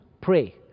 pray